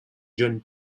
john